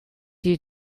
you